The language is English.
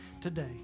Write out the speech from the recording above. today